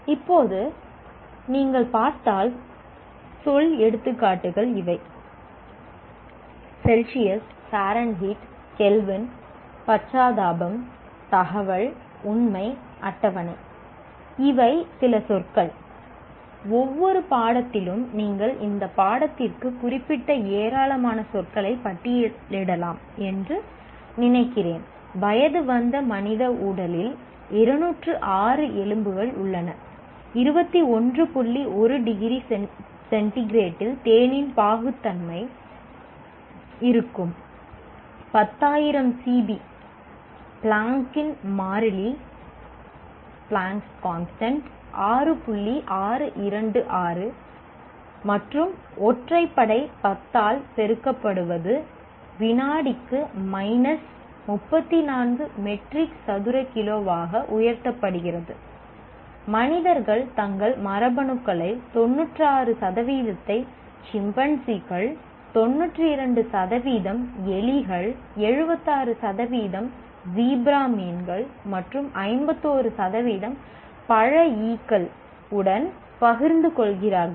இப்போது நீங்கள் பார்த்தால் சொல் எடுத்துக்காட்டுகள் இவை - செல்சியஸ் மற்றும் 51 சதவீதம் பழ ஈக்கள் உடன் பகிர்ந்து கொள்கிறார்கள்